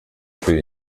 für